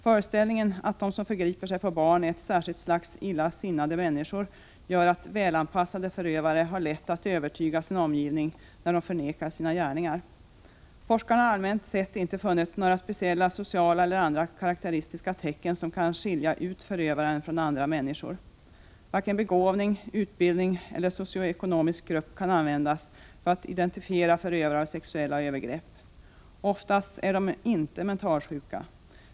Föreställningen att de som förgriper sig på barn är ett särskilt slags illa sinnade människor gör att ”välanpassade” förövare har lätt att övertyga sin omgivning, när de förnekar sina gärningar. Forskarna har allmänt sett inte funnit några speciella sociala eller andra karakteristiska tecken som kan skilja ut förövare från andra människor. Varken begåvning, utbildning eller socio-ekonomisk grupp kan användas för att identifiera förövare av sexuella övergrepp. Oftast är de inte mentalsjuka.